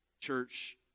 Church